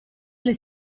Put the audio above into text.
alle